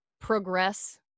progress